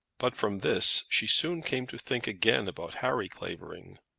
but from this she soon came to think again about harry clavering.